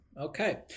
Okay